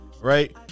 right